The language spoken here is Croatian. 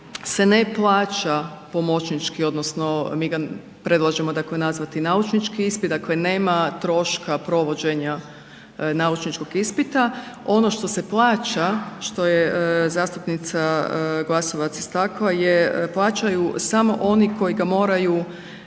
se ne plaća pomoćnički odnosno mi ga predlažemo dakle nazvati naučnički ispit, dakle nema troška provođenja naučničkog ispita, ono što se plaća, što je zastupnica Glasovac istakla je plaćaju samo oni koji ga moraju